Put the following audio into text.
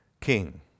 king